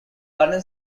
garden